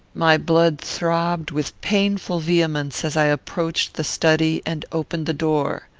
my blood throbbed with painful vehemence as i approached the study and opened the door.